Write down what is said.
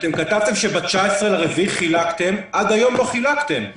אתם כתבתם שב-19 באפריל חילקתם עד היום לא חילקתם.